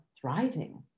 thriving